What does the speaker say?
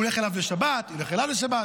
הוא הולך אליה לשבת, היא הולכת אליו לשבת.